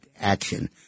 action